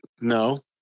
no